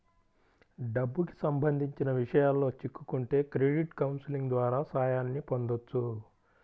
డబ్బుకి సంబంధించిన విషయాల్లో చిక్కుకుంటే క్రెడిట్ కౌన్సిలింగ్ ద్వారా సాయాన్ని పొందొచ్చు